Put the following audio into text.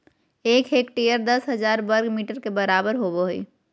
एक हेक्टेयर दस हजार वर्ग मीटर के बराबर होबो हइ